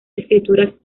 escrituras